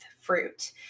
fruit